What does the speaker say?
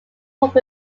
pub